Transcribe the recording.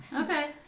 Okay